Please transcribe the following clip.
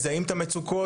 מזהים את המצוקות,